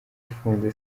ifunze